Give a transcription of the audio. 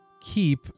keep